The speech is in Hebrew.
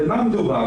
במה מדובר